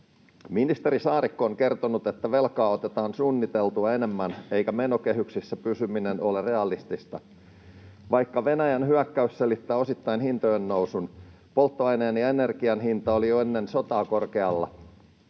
Ministeri Saarikko on kertonut, että velkaa otetaan suunniteltua enemmän eikä menokehyksissä pysyminen ole realistista. Vaikka Venäjän hyökkäys selittää osittain hintojen nousun, polttoaineen ja energian hinnat olivat jo ennen sotaa korkealla.